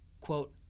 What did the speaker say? Quote